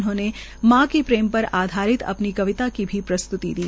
उन्होंने मां के प्रेम पर आधारित अपनी कविता प्रस्त्ती भी दी